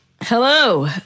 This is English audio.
Hello